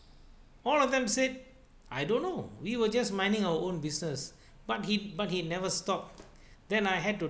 all of them said I don't know we were just minding our own business but he but he never stop then I had to